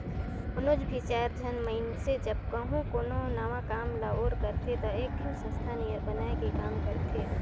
कोनोच भी चाएर झन मइनसे जब कहों कोनो नावा काम ल ओर करथे ता एकठिन संस्था नियर बनाए के काम करथें